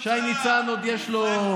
לשי ניצן עוד יש לו,